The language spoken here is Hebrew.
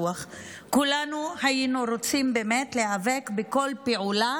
כולנו היינו רוצים באמת להיאבק בכל פעולה